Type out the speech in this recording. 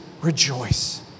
rejoice